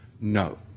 No